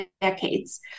decades